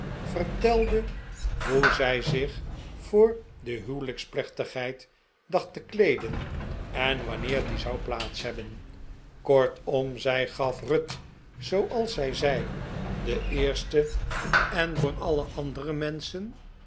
vertelde hoe zij zich voor de huwelijksplechtigheid dacht te kleeden en wanneer die zou plaats hebben kortom zij gaf ruth zooals zij zei de eerste en voor alle andere menschen